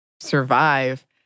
survive